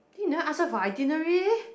then you never ask her for itinerary